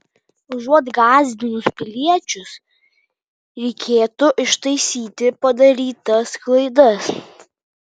užuot gąsdinus piliečius reikėtų ištaisyti padarytas klaidas